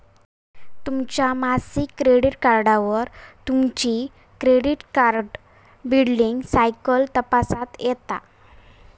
तुमच्या मासिक क्रेडिट कार्डवर तुमची क्रेडिट कार्ड बिलींग सायकल तपासता येता